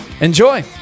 Enjoy